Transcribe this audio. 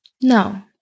No